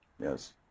yes